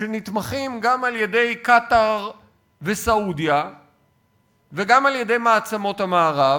שנתמכים גם על-ידי קטאר וסעודיה וגם על-ידי מעצמות המערב.